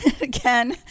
again